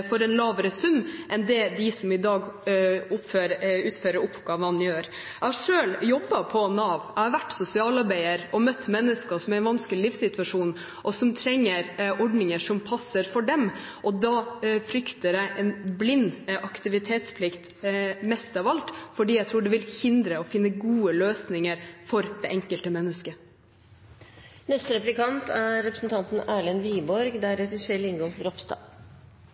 oppgaver for lavere betaling enn det de som i dag utfører oppgavene, får. Jeg har selv jobbet på Nav. Jeg har vært sosialarbeider og møtt mennesker som er i en vanskelig livssituasjon, og som trenger ordninger som passer for dem. Da frykter jeg en blind aktivitetsplikt mest av alt, for jeg tror det vil bli til hinder for å finne gode løsninger for det enkelte mennesket. Sosialistisk Venstreparti har igjen begynt å snakke om fordelingspolitikk og fattigdom, og det vil jeg si er